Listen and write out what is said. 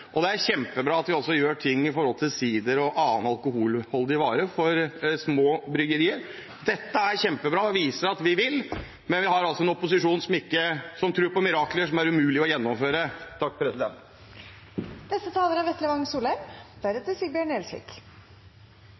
Det er kjempebra at vi også gjør noe for små bryggerier når det gjelder sider og andre alkoholholdige varer. Dette er kjempebra og viser at vi vil, men vi har altså en opposisjon som tror på mirakler som det er umulig å gjennomføre. Takk